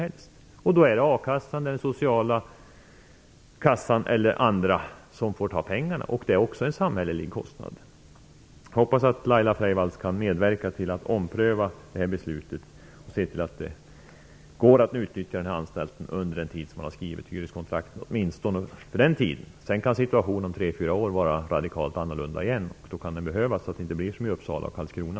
Det är då bl.a. a-kassan eller den sociala kassan som får ta fram pengarna. Det är också en samhällelig kostnad. Jag hoppas att Laila Freivalds kan medverka till en omprövning av beslutet och att hon kan se till att det går att utnyttja Hudiksvallsanstalten åtminstone under den tid som hyreskontraktet gäller. Om tre eller fyra år kan situationen återigen vara radikalt annorlunda, och då kan anstalten behövas. Det får inte bli som i